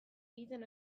egiten